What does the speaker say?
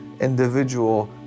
individual